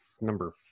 number